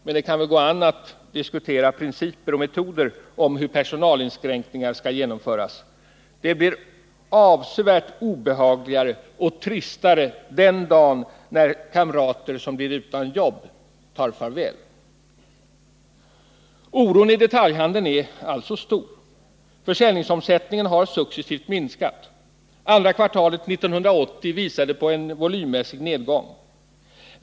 Men det kan väl gå an att diskutera principer och metoder för hur personalinskränkningar skall genomföras. Det blir avsevärt obehagligare och tristare den dagen när kamrater som blir utan jobb tar farväl. Oron i detaljhandeln är alltså stor. Försäljningsomsättningen har successivt minskat. Andra kvartalet 1980 visade på en volymmässig nedgång.